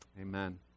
Amen